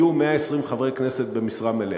יהיו 120 חברי כנסת במשרה מלאה.